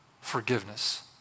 forgiveness